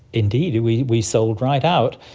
indeed, we we sold right out.